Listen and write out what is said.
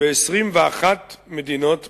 ב-21 מדינות בעולם.